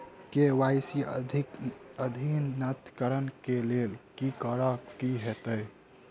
KYC अद्यतनीकरण कऽ लेल की करऽ कऽ हेतइ?